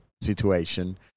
situation